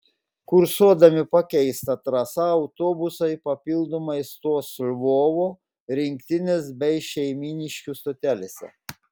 kursuodami pakeista trasa autobusai papildomai stos lvovo rinktinės bei šeimyniškių stotelėse